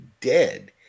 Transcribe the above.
dead